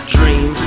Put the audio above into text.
Dream